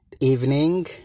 evening